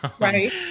right